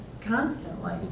constantly